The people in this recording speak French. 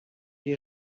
des